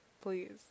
Please